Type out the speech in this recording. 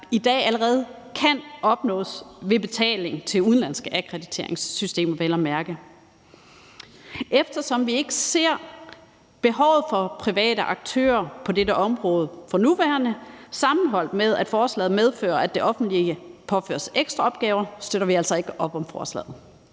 i dag allerede kan opnås ved betaling til udenlandske akkrediteringssystemer, vel at mærke. Eftersom vi for nuværende ikke ser behovet for private aktører på dette område, og sammenholdt med, at det offentlige påføres ekstra opgaver, støtter vi altså ikke op om forslaget.